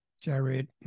Jared